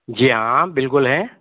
जी हाँ बिल्कुल है